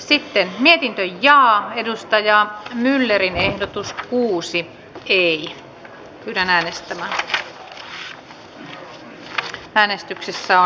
sitten mietin jaana edustajaa myllerin ehdotus kuusi numeroituina jaetut ehdotukset